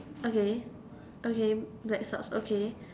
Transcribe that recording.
okay okay black socks okay